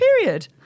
period